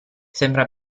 sembra